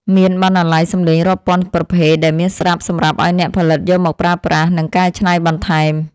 មានបណ្ណាល័យសំឡេងរាប់ពាន់ប្រភេទដែលមានស្រាប់សម្រាប់ឱ្យអ្នកផលិតយកមកប្រើប្រាស់ និង កែច្នៃបន្ថែម។